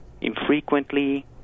infrequently